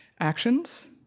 actions